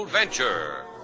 Adventure